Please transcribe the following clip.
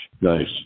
Nice